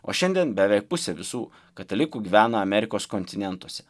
o šiandien beveik pusė visų katalikų gyvena amerikos kontinentuose